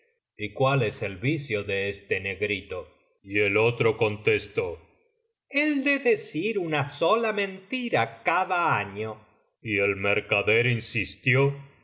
y cuál es el vicio de este negrito y el otro contestó el de decir una sola mentira cada año y el mercader insistió y